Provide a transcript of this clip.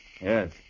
Yes